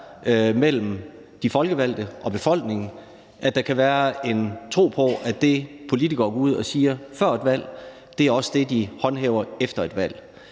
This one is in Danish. mellem de folkevalgte og befolkningen – at der kan være en tro på, at det, politikere går ud og siger før et valg, også er det, de håndhæver efter et valg.